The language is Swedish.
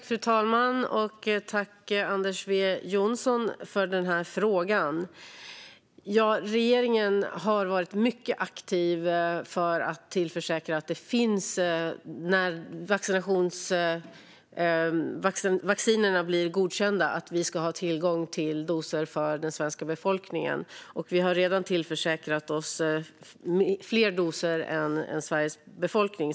Fru talman! Tack för frågan, Anders W Jonsson! Regeringen har varit mycket aktiv när det gäller att tillförsäkra att vi när vaccinen blir godkända ska ha tillgång till doser för den svenska befolkningen. Vi har redan tillförsäkrat oss fler doser än Sveriges befolkning.